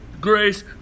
grace